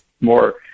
more